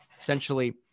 Essentially